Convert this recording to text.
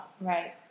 Right